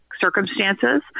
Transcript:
circumstances